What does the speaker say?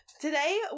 today